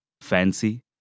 fancy